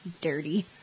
Dirty